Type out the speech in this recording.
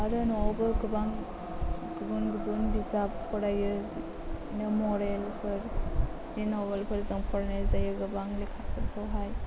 आरो न'आवबो गोबां गुबुन गुबुन बिजाब फरायो बिदिनो मरेलफोर बिदि नभेलफोर जों फरायनाय जायो गोबां लेखाफोरखौहाय